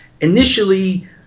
initially